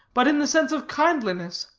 but in the sense of kindliness,